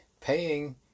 paying